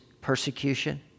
persecution